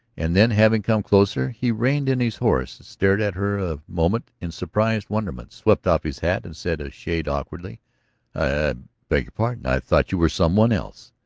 and then having come closer he reined in his horse, stared at her a moment in surprised wonderment, swept off his hat and said, a shade awkwardly i beg pardon. i thought you were some one else.